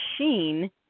machine